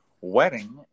wedding